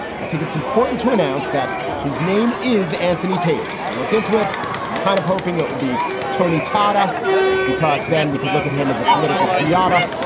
i think it's important to announce that his name is anthony today. i looked into it was kind of hoping it would be tony tata because then we could look at him as a political pinata,